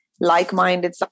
like-minded